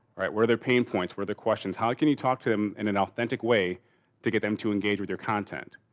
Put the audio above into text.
alright, were their pain points? were the questions? how can you talk to them in an authentic way to get them to engage with your content?